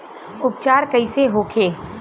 उपचार कईसे होखे?